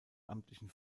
amtlichen